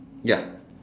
ya